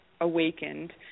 awakened